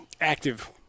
active